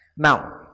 Now